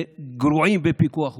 וגרועים בפיקוח ובקרה.